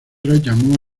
llamó